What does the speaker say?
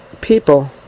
people